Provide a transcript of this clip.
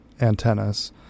antennas